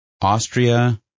Austria